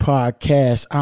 Podcast